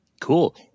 Cool